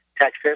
Texas